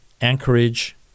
Anchorage